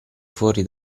fuori